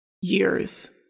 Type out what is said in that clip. years